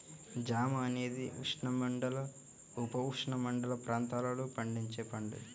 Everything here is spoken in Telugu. జామ అనేది ఉష్ణమండల, ఉపఉష్ణమండల ప్రాంతాలలో పండించే పండు